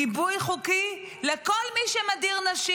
גיבוי חוקי לכל מי שמדיר נשים.